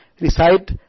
recite